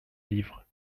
livre